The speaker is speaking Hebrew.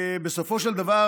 בסופו של דבר